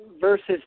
versus